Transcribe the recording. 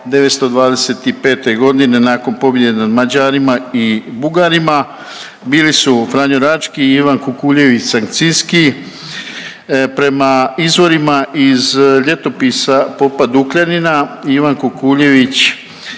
925. godine nakon pobjede nad Mađarima i Bugarima bili su Franjo Rački i Ivan Kukuljević Sakcinski. Prema izvorima iz Ljetopisa popa Dukljanina Ivan Kukuljević